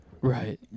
right